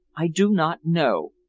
i do not know,